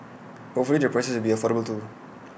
hopefully the prices will be affordable too